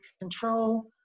control